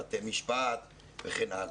בתי משפט וכן הלאה.